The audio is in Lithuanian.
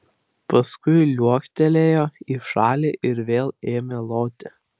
paskui liuoktelėjo į šalį ir vėl ėmė loti